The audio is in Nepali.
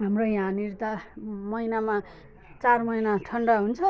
हाम्रो यहाँनिर त महिनामा चार महिना ठन्डा हुन्छ